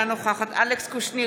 אינה נוכחת אלכס קושניר,